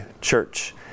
church